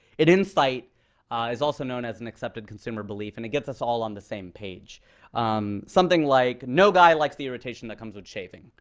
insight is also known as an accepted consumer belief and it gets us all on the same page um something like, no guy likes the irritation that comes with shaving.